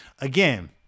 again